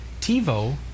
TiVo